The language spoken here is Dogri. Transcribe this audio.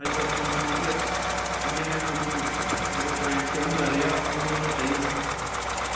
अजकल दे जमाने च इयै नेहा कम्म जेह्ड़े ग्राएं च होंदा रेहा ओह् नी होना चाही दा हा